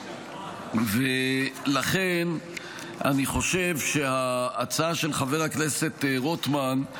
ולכן אני חושב שההצעה של חבר הכנסת רוטמן,